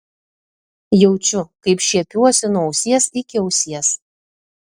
jaučiu kaip šiepiuosi nuo ausies iki ausies